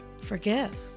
Forgive